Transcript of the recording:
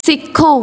ਸਿੱਖੋ